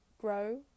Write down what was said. grow